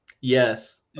Yes